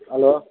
hello